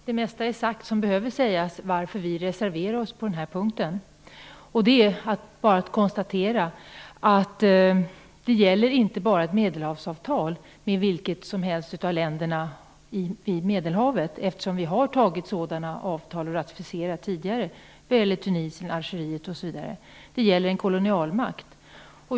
Fru talman! Det mesta som behöver sägas om varför vi reserverar oss på den här punkten är redan sagt. Vi kan konstatera att det här inte bara gäller ett Medelhavsavtal med vilket som helst av länderna vid Medelhavet. Sådana avtal har vi ratificerat tidigare. Då har det gällt Algeriet, Tunisien osv. Här handlar det om en kolonialmakt.